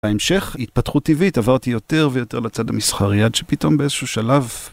ההמשך התפתחות טבעית עברתי יותר ויותר לצד המסחרי עד שפתאום באיזשהו שלב